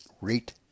rate